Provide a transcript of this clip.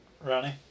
Ronnie